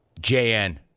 JN